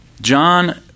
John